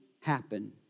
happen